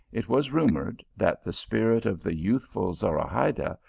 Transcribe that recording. it was rumoured that the spirit of the youthful zora hayda,